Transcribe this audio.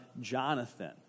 Jonathan